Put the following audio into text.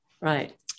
Right